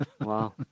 Wow